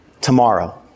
tomorrow